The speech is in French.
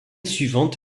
suivante